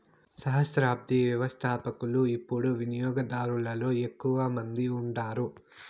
సహస్రాబ్ది వ్యవస్థపకులు యిపుడు వినియోగదారులలో ఎక్కువ మంది ఉండారు